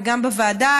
וגם בוועדה,